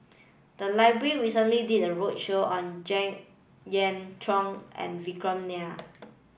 the library recently did a roadshow on Jek Yeun Thong and Vikram Nair